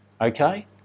okay